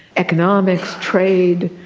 economics, trade,